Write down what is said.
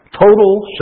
Total